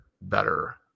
better